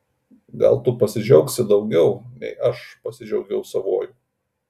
gal tu pasidžiaugsi daugiau nei aš pasidžiaugiau savuoju